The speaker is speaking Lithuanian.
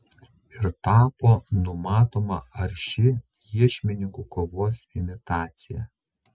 ir tapo numatoma arši iešmininkų kovos imitacija